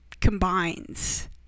combines